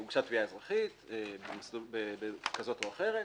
הוגשה תביעה אזרחית כזאת או אחרת,